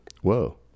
Whoa